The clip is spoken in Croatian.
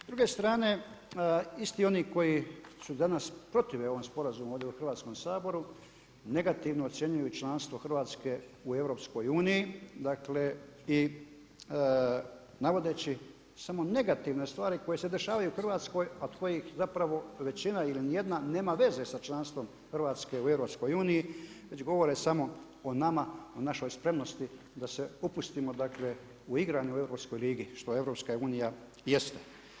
S druge strane, isti oni koji su danas protive ovom sporazumu ovdje u Hrvatskom saboru negativno ocjenjuju članstvo Hrvatske u EU-u, dakle, i navodeći samo negativne stvari koje se dešavaju Hrvatskoj od kojih zapravo većina ili nijedna nema veze sa članstvom Hrvatske u EU-u, već govore samo o nama, o našoj spremnosti da se upustimo dakle uigrani u europskoj ligi, što je EU jeste.